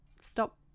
stop